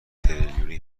تریلیونی